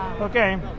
Okay